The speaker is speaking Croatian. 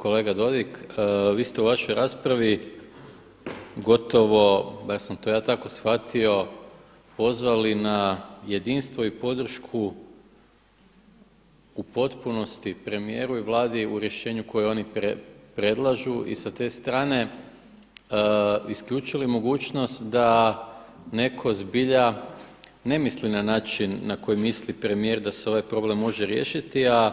Kolega Dodig, vi ste u vašoj raspravi, gotovo, bar sam to ja tako shvatio, pozvali na jedinstvo i podršku u potpunosti premijeru i Vladi u rješenju koje oni predlažu i sa te strane isključili mogućnost da netko zbilja ne misli na način na koji misli premijer da se ovaj problem može riješiti a